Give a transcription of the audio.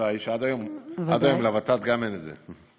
עד היום גם לוות"ת אין את זה.